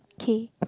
K